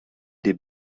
des